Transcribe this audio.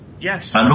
Yes